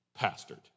Pastored